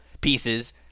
pieces